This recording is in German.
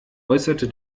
äußerte